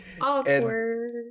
Awkward